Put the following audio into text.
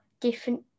different